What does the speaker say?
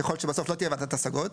ככל שבסוף לא תהיה וועדת השגות,